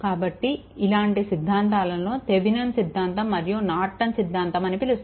కాబట్టి ఇలాంటి సిద్ధాంతాలను థేవినెన్ సిద్ధాంతం మరియు నార్టన్ సిద్ధాంతం అని పిలుస్తారు